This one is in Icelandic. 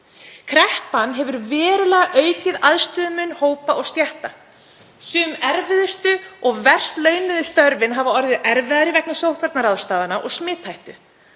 Kreppan hefur aukið verulega aðstöðumun hópa og stétta. Sum erfiðustu og verst launuðu störfin hafa orðið erfiðari vegna sóttvarnaráðstafana og smithættu.